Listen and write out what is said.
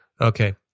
Okay